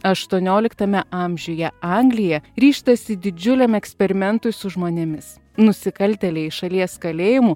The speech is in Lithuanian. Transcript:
aštuonioliktame amžiuje anglija ryžtasi didžiuliam eksperimentui su žmonėmis nusikaltėliai iš šalies kalėjimų